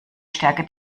stärke